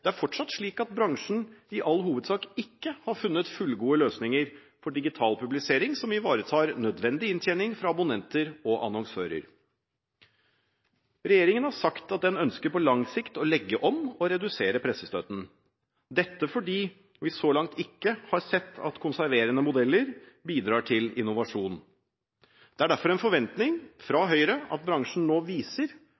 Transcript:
er det fortsatt slik at bransjen i all hovedsak ikke har funnet fullgode løsninger for digital publisering som ivaretar nødvendig inntjening fra abonnenter og annonsører. Regjeringen har sagt at den på lang sikt ønsker å legge om og redusere pressestøtten, dette fordi vi så langt ikke har sett at konserverende modeller bidrar til innovasjon. Det er derfor en forventning fra